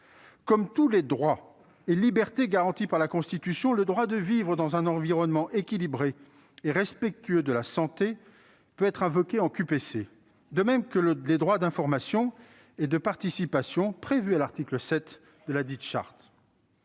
Comme tous les droits et libertés garantis par la Constitution, le droit de vivre dans un environnement équilibré et respectueux de la santé peut être invoqué dans le cadre d'une QPC, de même que les droits d'information et de participation prévus à l'article 7 de la Charte.